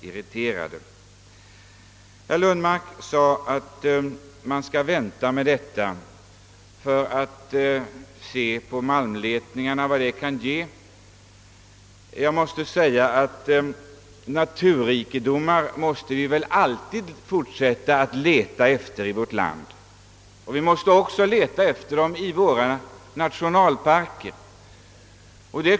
Herr Lundmark sade att man skall vänta tills man får se vad malmletningarna kan ge innan man tar fram en ny nationalpark, Ja, naturrikedomar måste vi väl alltid fortsätta att leta efter i vårt land, också i våra nationalparker.